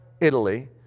Italy